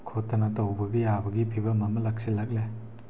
ꯈꯣꯠꯇꯅ ꯇꯧꯕꯒꯤ ꯌꯥꯕꯒꯤ ꯐꯤꯕꯝ ꯑꯃ ꯂꯥꯛꯁꯤꯜꯂꯛꯂꯦ